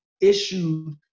issued